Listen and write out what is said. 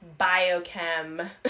biochem